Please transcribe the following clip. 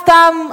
סתם?